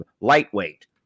lightweight